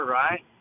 right